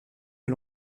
que